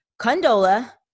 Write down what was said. Condola